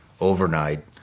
overnight